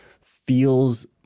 feels